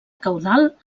caudal